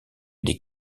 des